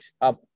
up